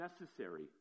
necessary